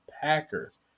Packers